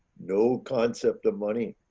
no concept of money,